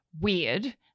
weird